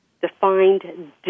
defined